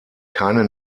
keine